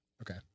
Okay